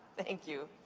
thank you.